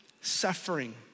suffering